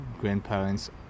grandparents